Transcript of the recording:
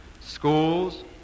schools